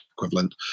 equivalent